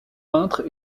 peintre